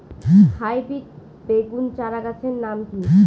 Hybrid বেগুন চারাগাছের নাম কি?